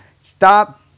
stop